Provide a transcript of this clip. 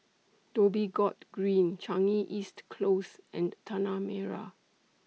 Dhoby Ghaut Green Changi East Close and Tanah Merah